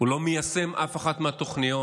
הוא לא מיישם אף אחת מהתוכניות.